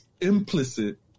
implicit